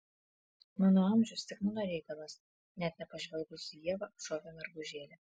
mano amžius tik mano reikalas net nepažvelgusi į ievą atšovė mergužėlė